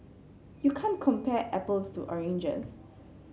you can't compare apples to oranges